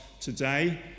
today